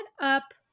up